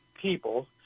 people